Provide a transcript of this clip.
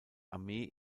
armee